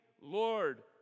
Lord